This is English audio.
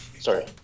sorry